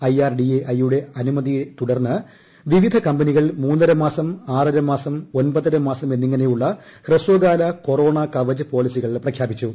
I R D A I യുടെ അനുമതിയെ തുടർന്ന് വിവിധ കമ്പനികൾ മൂന്നരമാസം ആറരമാസം ഒൻപതരമാസം എന്നിങ്ങനെയുള്ള ഹ്രസ്വകാല കൊറോണ കവച് പോളിസികൾ പ്രഖ്യാപിച്ചു